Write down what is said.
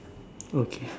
okay